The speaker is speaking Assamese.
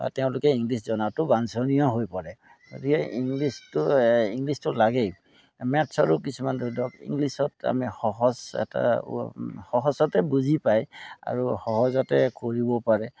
তেওঁলোকে ইংলিছ জনাটো বাঞ্চনীয় হৈ পৰে গতিকে ইংলিছটো ইংলিছটো লাগেই মেথছৰো কিছুমান ধৰি লওক ইংলিছত আমি সহজ এটা সহজতে বুজি পায় আৰু সহজতে কৰিব পাৰে